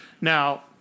Now